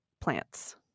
plants